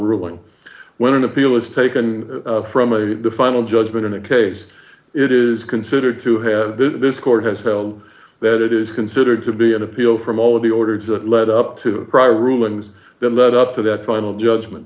ruling when an appeal is taken from a final judgment in a case it is considered to have this court has held that it is considered to be an appeal from all of the orders that led up to prior rulings that led up to that final judgment